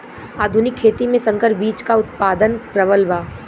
आधुनिक खेती में संकर बीज क उतपादन प्रबल बा